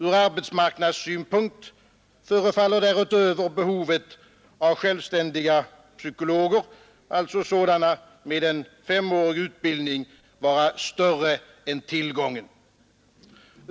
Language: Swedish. Från arbetsmarknadssynpunkt förefaller därutöver behovet av självständiga psykologer, alltså sådana med en femårig utbildning, vara större än tillgången.